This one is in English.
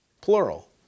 plural